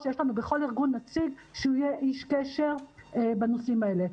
בכל ארגון יש לנו נציג שיהיה איש קשר בנושאים האלה.